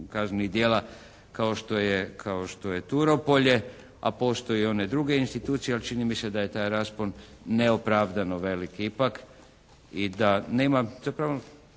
kao što je Turopolje. A postoje i one druge institucije, a čini mi se da je taj raspon neopravdano velik ipak